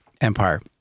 empire